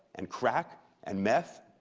and crack and meth.